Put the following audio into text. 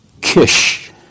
kish